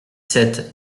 sept